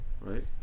right